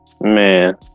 Man